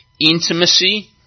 intimacy